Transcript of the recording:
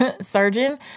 surgeon